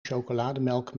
chocolademelk